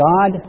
God